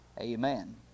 amen